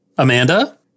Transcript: Amanda